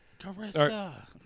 Carissa